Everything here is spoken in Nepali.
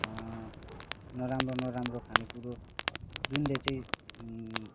नराम्रो नराम्रो खानेकुरो जुनले चाहिँ